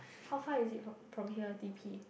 how far is it from from here t_p